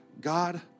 God